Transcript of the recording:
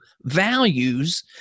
values